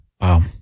Wow